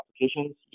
applications